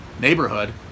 neighborhood